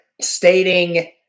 stating